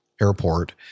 airport